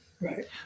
Right